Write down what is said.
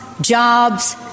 jobs